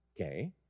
okay